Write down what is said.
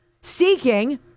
seeking